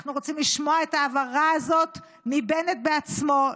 אנחנו רוצים לשמוע את ההבהרה הזאת מבנט בעצמו.